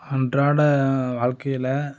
அன்றாட வாழ்க்கையில்